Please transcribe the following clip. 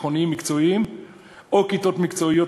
תיכוניים מקצועיים או כיתות מקצועיות